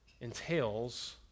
entails